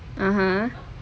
(uh huh)